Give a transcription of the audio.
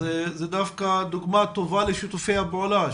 זו דווקא דוגמה טובה לשיתופי הפעולה,